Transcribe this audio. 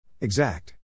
Exact